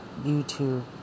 YouTube